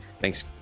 Thanks